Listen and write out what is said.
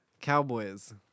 Cowboys